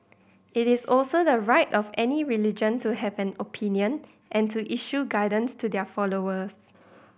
it is also the right of any religion to have an opinion and to issue guidance to their followers